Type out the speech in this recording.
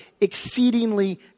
exceedingly